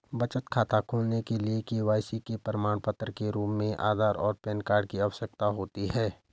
बचत खाता खोलने के लिए के.वाई.सी के प्रमाण के रूप में आधार और पैन कार्ड की आवश्यकता होती है